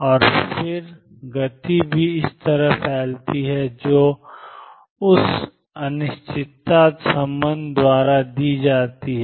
और फिर गति भी इसी तरह फैलती है और जो इस अनिश्चितता संबंध द्वारा दी जाती है